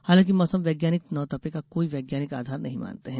हालांकि मौसम वैज्ञानिक नवतपे का कोई वैज्ञानिक आधार नहीं मानते हैं